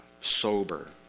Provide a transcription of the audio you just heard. sober